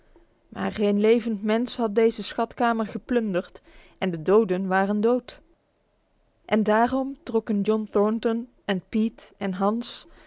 maar geen levend mens had deze schatkamer geplunderd en de doden waren dood en daarom trokken john thornton en pete en hans